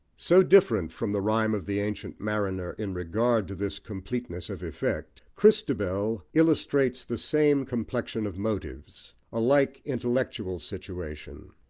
so different from the rhyme of the ancient mariner in regard to this completeness of effect christabel illustrates the same complexion of motives, a like intellectual situation.